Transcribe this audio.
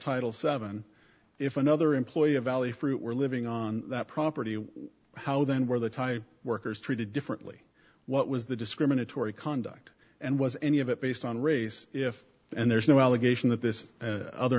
title seven if another employer valley fruit were living on that property how then were the type workers treated differently what was the discriminatory conduct and was any of it based on race if and there's no allegation that this other